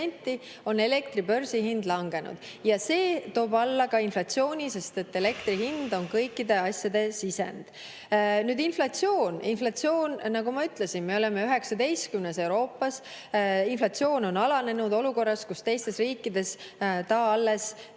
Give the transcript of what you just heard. on elektri börsihind langenud! See toob alla ka inflatsiooni, sest elektri hind on kõikide asjade sisend. Nüüd, inflatsioon. Inflatsiooni poolest, nagu ma ütlesin, me oleme 19. [kohal] Euroopas. Inflatsioon on alanenud olukorras, kus teistes riikides see alles